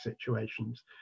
situations